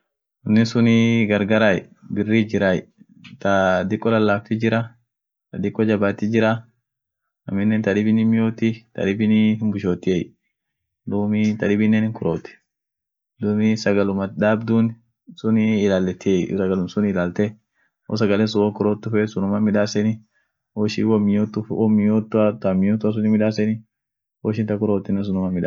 Chokolat sunii, chokoleet guraatiin jira, adaadiit jira, ta aneniit jira, gugurdaat jira charekoot jira,. dumii ishin yote unum mioti. lila tofauti gudionen hinkabdu, tofautin ishianii rangumaai. rangumaan akan yeti, duumi taam guraatia iyo ta diimtuat akan mia